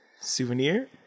Souvenir